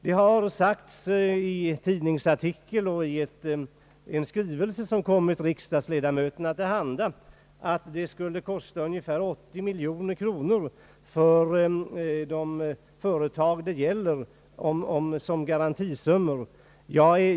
Det har sagts i en tidningsartikel och i en skrivelse som kommit riksdagsledamöterna till handa, att det skulle kosta ungefär 80 miljoner kronor i garantisummor för de företag det gäller.